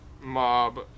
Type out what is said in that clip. mob